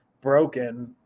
broken